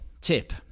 tip